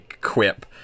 quip